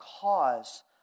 cause